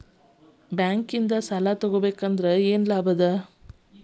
ಬ್ಯಾಂಕ್ನೊಳಗ್ ಸಾಲ ತಗೊಬೇಕಾದ್ರೆ ಏನ್ ಲಾಭ?